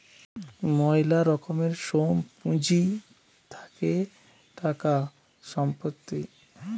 ময়লা রকমের সোম পুঁজি থাকে টাকা, সম্পত্তি